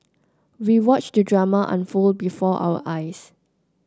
we watched the drama unfold before our eyes